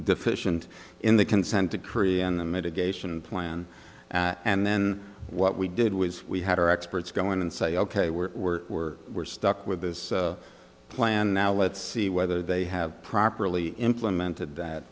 deficient in the consent decree in the mitigation plan and then what we did was we had our experts going and say ok we're we're we're we're stuck with this plan now let's see whether they have properly implemented that